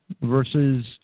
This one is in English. versus